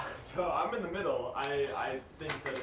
so i'm in the middle. i, i